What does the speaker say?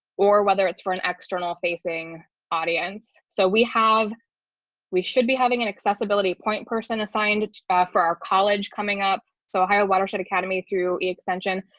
or whether it's for an external facing audience. so we have we should be having an accessibility point person assigned ah for our college coming up. so higher watershed academy through extension,